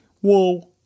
Whoa